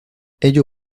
ello